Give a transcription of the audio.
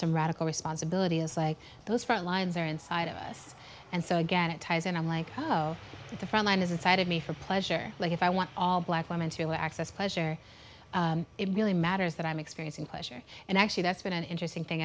person radical responsibility is like those four lives are inside of us and so again it ties in i'm like oh the front line is inside of me for pleasure like if i want all black women to access pleasure it really matters that i'm experiencing pleasure and actually that's been an interesting thing